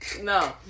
No